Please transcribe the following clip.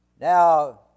Now